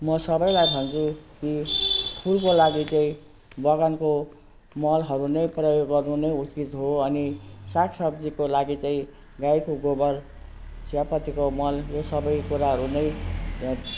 म सबैलाई भन्छु कि फुलको लागि चाहिँ बगानको मलहरू नै प्रयोग गर्नु नै उचित हो अनि सागसब्जीको लागि चाहिँ गाईको गोबर चियापत्तीको मल यो सबै कुराहरू नै